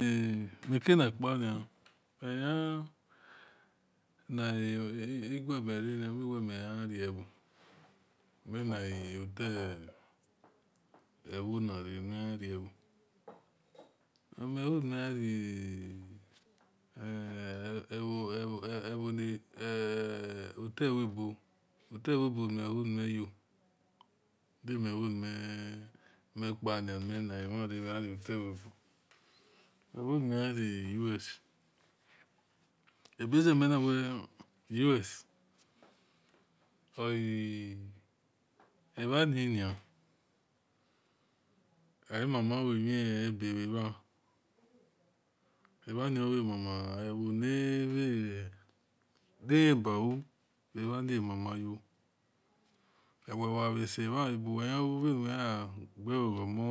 rakanipani ahina igueben rani wewiwehireo winaodawimara wewiwahirevo otawebo otawebo mihuweniouiu idumehonimipani minahemara arotawebo mehounimevani us abezenime nawelis avonina amama wiemiebe veva avaovamama evonra in-baw avaniamamayo wevoavaseva abuwehiu vanu weyegeovomo